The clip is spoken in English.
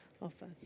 offer